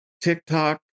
TikTok